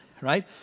right